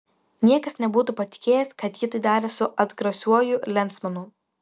niekas nebūtų patikėjęs kad ji tai darė su atgrasiuoju lensmanu